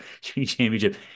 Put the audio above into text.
championship